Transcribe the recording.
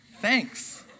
Thanks